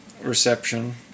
reception